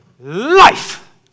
life